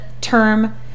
term